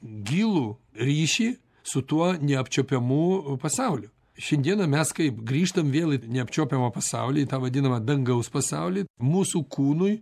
gilų ryšį su tuo neapčiuopiamu pasauliu šiandiena mes kaip grįžtam vėl į neapčiuopiamą pasaulį į tą vadinamą dangaus pasaulį mūsų kūnui